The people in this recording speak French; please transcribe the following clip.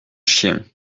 chiens